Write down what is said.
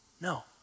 No